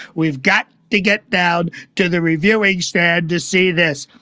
we've got to get down to the reviewing stand to see this.